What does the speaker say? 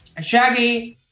Shaggy